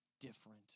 different